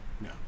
No